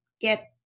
get